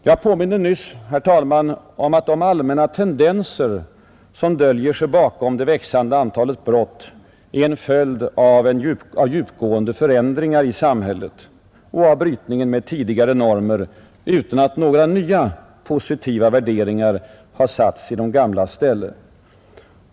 Jag påminde nyss, herr talman, om att de allmänna tendenser som döljer sig bakom det växande antalet brott är en följd av djupgående förändringar i samhället och av brytningen med tidigare normer utan att några nya positiva värderingar satts i deras ställe.